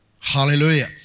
Hallelujah